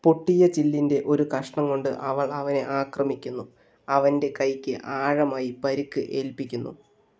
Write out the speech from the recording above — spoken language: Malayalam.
പൊട്ടിയ ചില്ലിൻ്റെ ഒരു കഷ്ണം കൊണ്ട് അവൾ അവനെ ആക്രമിക്കുന്നു അവൻ്റെ കൈക്ക് ആഴമായി പരിക്കേൽപ്പിക്കുന്നു